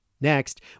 Next